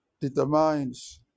determines